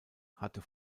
hatte